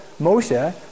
Moshe